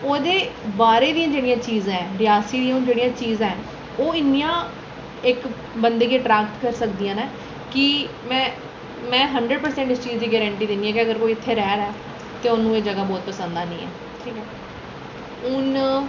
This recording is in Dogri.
ओह्दे बारे दियां जेह्ड़ियां चीजां न रियासी च हून जेह्ड़ियां चीजां न ओह् इन्नियां इक बंदे गी अट्रैक्ट करी सकदियां न कि में में हंडरड़ परसैंट इस चीज दी गारंटी दिन्नी आं कि अगर कोई र'वै दा ऐ ते उ'नें ई एह् जगह् बहुत पसंद औनी ऐ ठीक ऐ हून